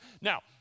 Now